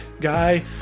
guy